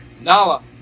Nala